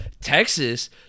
Texas